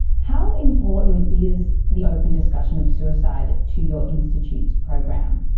how important is the open discussion of suicide to your institute's program?